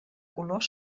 color